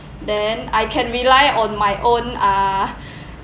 then I can rely on my own ah